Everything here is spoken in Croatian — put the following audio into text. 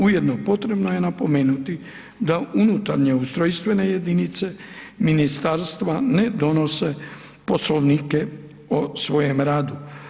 Ujedno potrebno je napomenuti da unutarnje ustrojstvene jedinice ministarstva ne donose poslovnike o svojem radu.